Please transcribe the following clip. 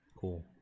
Cool